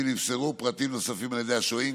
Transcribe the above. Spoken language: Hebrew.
ואם נמסרו פרטים נוספים על ידי השוהים,